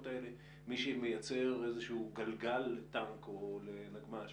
האלה מפעל שמייצר איזשהו גלגל לטנק או נגמ"ש